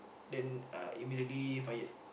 then uh immediately fired